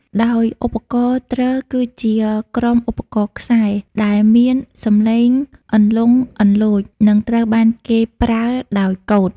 ដោយឧបករណ៍ ទ្រ គឺជាក្រុមឧបករណ៍ខ្សែដែលមានសំឡេងលន្លង់លន្លោច និងត្រូវបានគេប្រើដោយកូត។